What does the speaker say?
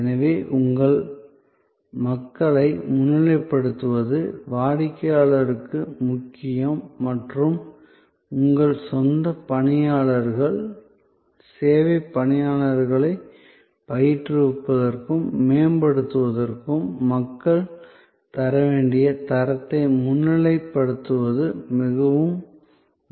எனவே உங்கள் மக்களை முன்னிலைப்படுத்துவது வாடிக்கையாளருக்கு முக்கியம் மற்றும் உங்கள் சொந்த பணியாளர்கள் சேவை பணியாளர்களைப் பயிற்றுவிப்பதற்கும் மேம்படுத்துவதற்கும் மக்கள் தர வேண்டிய தரத்தை முன்னிலைப்படுத்துவது மிகவும் முக்கியம்